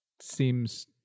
seems